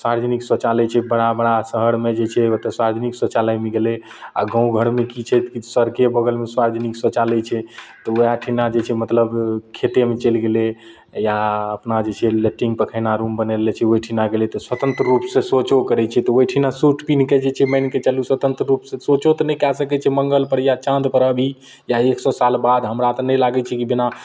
सार्वजनिक शौचालय छै बड़ा बड़ा शहरमे जे छै ओतऽ सार्वजनिक शौचालयमे गेलय आओर गाँव घरमे की छै कि सड़के बगलमे सार्वजनिक शौचालय छै तऽ वएह ठिना जे छै से मतलब खेतेमे चलि गेलय या अपना जे छै लैट्रिन पैखाना रूम बनल छै ओइठिना गेलय तऽ स्वतंत्र रूपसँ शौचो करय छै तऽ ओइठिना सूट पिन्हके छै मानिके चलु स्वतंत्र रूपसँ शौचो तऽ नहि कए सकय छै मङ्गलपर या चाँदपर अभी या एक सओ साल बाद हमरा तऽ नहि लागय छै कि बिना